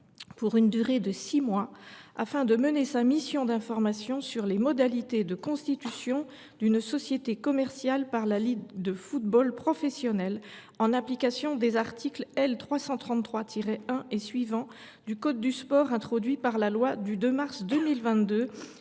pour une durée de six mois, afin de mener sa mission d’information sur les modalités de constitution d’une société commerciale par la Ligue de football professionnel en application des articles L. 333 1 et suivants du code du sport introduits par la loi n° 2022